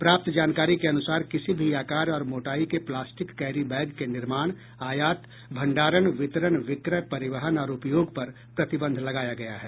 प्राप्त जानकारी के अनुसार किसी भी आकार और मोटाई के प्लास्टिक कैरी बैग के निर्माण आयात भंडारण वितरण विक्रय परिवहन और उपयोग पर प्रतिबंध लगाया गया है